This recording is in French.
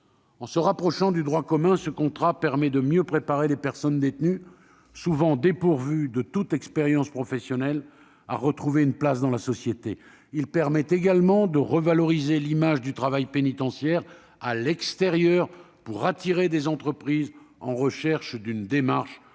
En se rapprochant du droit commun, ce contrat permettra de mieux préparer les personnes détenues, souvent dépourvues de toute expérience professionnelle, à retrouver une place dans la société. Il permettra également de revaloriser l'image du travail pénitentiaire à l'extérieur et d'attirer les entreprises qui veulent s'inscrire